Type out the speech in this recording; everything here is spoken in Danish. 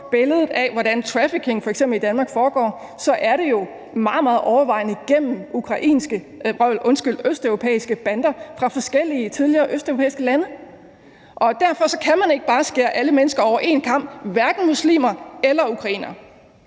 billedet af, hvordan trafficking f.eks. i Danmark foregår, så ser vi jo, at det i meget overvejende grad sker via østeuropæiske bander fra forskellige østeuropæiske lande. Derfor kan man ikke bare skære alle mennesker over en kam, hverken muslimer eller ukrainere.